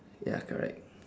ya correct